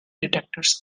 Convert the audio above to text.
detectors